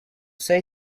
say